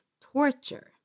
torture